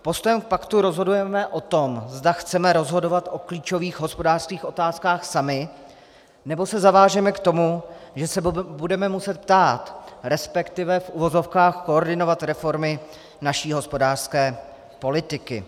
Postojem k paktu rozhodujeme o tom, zda chceme rozhodovat o klíčových hospodářských otázkách sami, nebo se zavážeme k tomu, že se budeme muset ptát, resp. v uvozovkách koordinovat reformy naší hospodářské politiky.